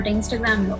Instagram